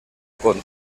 con